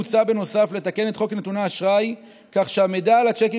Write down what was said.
מוצע לתקן את חוק נתוני אשראי כך שהמידע על הצ'קים